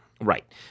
Right